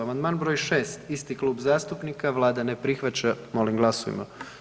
Amandman br. 6, isti klub zastupnika, Vlada ne prihvaća, molim glasujmo.